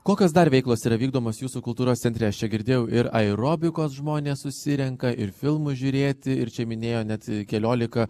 kokios dar veiklos yra vykdomos jūsų kultūros centre aš čia girdėjau ir aerobikos žmonės susirenka ir filmų žiūrėti ir čia minėjo net keliolika